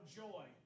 joy